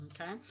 Okay